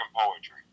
Poetry